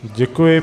Děkuji.